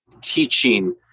teaching